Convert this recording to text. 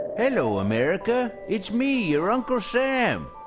hello, america. it's me, your uncle sam.